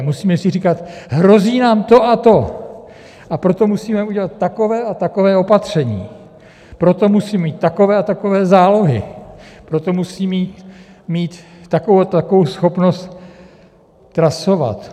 Musíme si říkat: hrozí nám to a to, a proto musíme udělat takové a takové opatření, proto musíme mít takové a takové zálohy, proto musíme mít takovou a takovou schopnost trasovat.